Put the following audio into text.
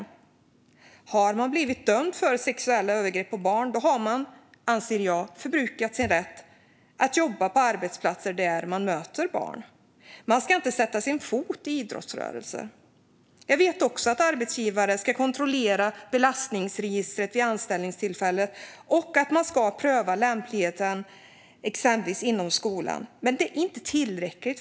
Om man har blivit dömd för sexuella övergrepp på barn har man, anser jag, förbrukat sin rätt att jobba på arbetsplatser där man möter barn. Man ska inte sätta sin fot i idrottsrörelser. Jag vet att arbetsgivare ska kontrollera belastningsregistret vid anställningstillfället och pröva lämpligheten, exempelvis inom skolan, men detta är inte tillräckligt.